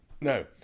No